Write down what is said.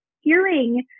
hearing